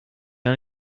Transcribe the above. gar